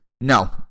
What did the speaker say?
no